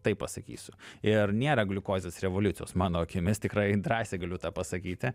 taip pasakysiu ir nėra gliukozės revoliucijos mano akimis tikrai drąsiai galiu tą pasakyti